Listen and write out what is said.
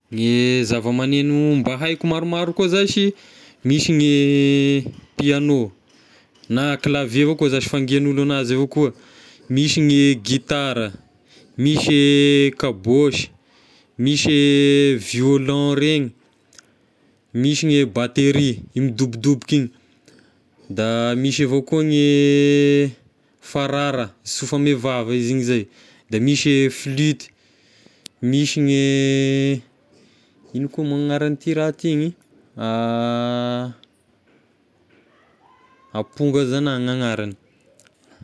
Ny zavamagneno mba haiko maromaro koa zashy,, misy gne piano na clavier avao koa zashy fangian'olo anazy avao koa, misy gne gitara, misy e kabôsy, misy e violon regny, misy gne batery io midobodoboka igny, da misy avao koa gne farara sofy ame vava izy igny zay, de misy e flute, misy gne igno koa moa agnarany raha ty igny amponga zay gn'agnarany.